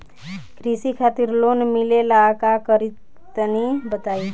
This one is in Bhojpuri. कृषि खातिर लोन मिले ला का करि तनि बताई?